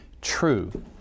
true